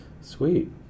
Sweet